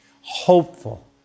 hopeful